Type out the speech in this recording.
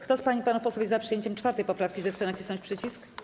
Kto z pań i panów posłów jest za przyjęciem 4. poprawki, zechce nacisnąć przycisk.